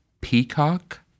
Peacock